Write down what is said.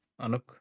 Anuk